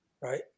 right